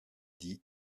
dis